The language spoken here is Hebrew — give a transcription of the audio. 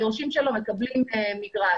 היורשים שלו מקבלים מגרש.